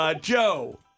Joe